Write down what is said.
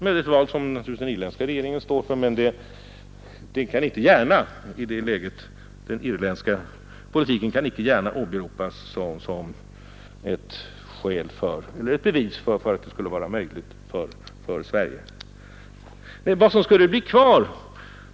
Det är ett val som naturligtvis den irländska regeringen står för, men den irländska politiken kan inte gärna åberopas såsom ett bevis för att det valet skulle vara möjligt för Sverige.